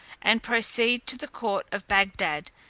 and proceed to the court of bagdad,